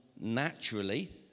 Naturally